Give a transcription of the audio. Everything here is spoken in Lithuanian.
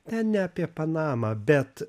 ten ne apie panamą bet